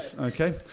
Okay